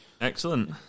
excellent